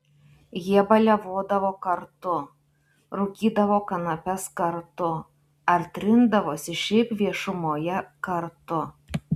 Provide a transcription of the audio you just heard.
jie baliavodavo kartu rūkydavo kanapes kartu ar trindavosi šiaip viešumoje kartu